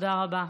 תודה רבה.